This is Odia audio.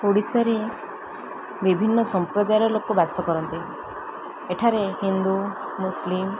ଓଡ଼ିଶାରେ ବିଭିନ୍ନ ସମ୍ପ୍ରଦାୟର ଲୋକ ବାସ କରନ୍ତି ଏଠାରେ ହିନ୍ଦୁ ମୁସଲିମ